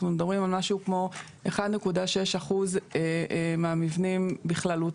אנחנו מדברים על משהו כמו 1.6% מהמבנים בכללותם.